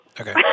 Okay